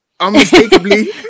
Unmistakably